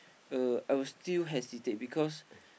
uh I will still hesitate because